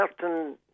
certain